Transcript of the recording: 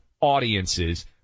audiences